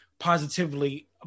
positively